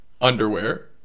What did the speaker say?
Underwear